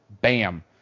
bam